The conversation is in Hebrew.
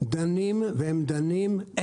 והם דנים בהן.